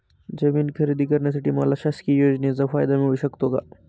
जमीन खरेदी करण्यासाठी मला शासकीय योजनेचा फायदा मिळू शकतो का?